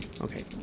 Okay